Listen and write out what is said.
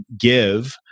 give